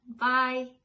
bye